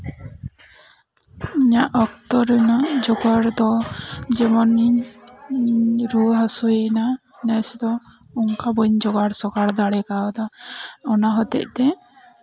ᱤᱧᱟᱹᱜ ᱚᱠᱛᱚ ᱨᱮᱱᱟᱜ ᱡᱳᱜᱟᱲ ᱫᱚ ᱡᱮᱢᱚᱱ ᱤᱧ ᱨᱩᱣᱟᱹ ᱦᱟᱹᱥᱩᱭᱮᱱᱟ ᱱᱮᱥᱫᱚ ᱚᱱᱠᱟ ᱵᱟᱹᱧ ᱡᱳᱜᱟᱲ ᱥᱚᱜᱟᱲ ᱠᱟᱣᱫᱟ ᱚᱱᱟ ᱦᱚᱛᱮᱜ ᱛᱮ